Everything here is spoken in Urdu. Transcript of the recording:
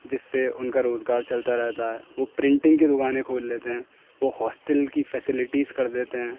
جس سے ان کا روزگار چلتا رہتا ہے وہ پرنٹنگ کی دکانیں کھول لیتے ہیں وہ ہاسٹل کی فیسیلیٹیز کر دیتے ہیں